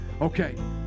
Okay